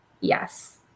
yes